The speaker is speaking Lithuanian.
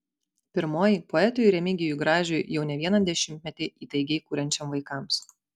pirmoji poetui remigijui gražiui jau ne vieną dešimtmetį įtaigiai kuriančiam vaikams